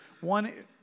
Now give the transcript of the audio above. One